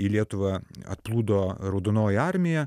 į lietuvą atplūdo raudonoji armija